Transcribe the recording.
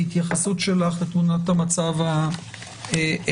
התייחסות שלך לתמונת המצב האפידמיולוגית.